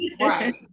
right